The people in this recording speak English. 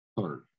third